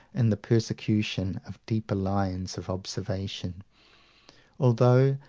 in the prosecution of deeper lines of observation although,